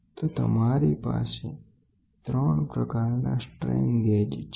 તો તમારી પાસે ત્રણ પ્રકારના સ્ટ્રેન ગેજ છે